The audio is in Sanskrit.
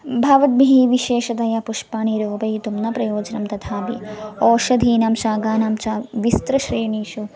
भवद्भिः विशेषतया पुष्पाणि रोपयितुं न प्रयोजनं तथापि औषधीनां शाकानां च विस्तृतश्रेणीषु